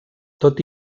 tot